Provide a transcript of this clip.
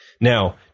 Now